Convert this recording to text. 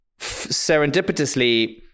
serendipitously